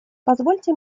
позвольте